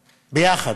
ביחד,